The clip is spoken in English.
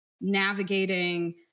navigating